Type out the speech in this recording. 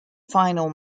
final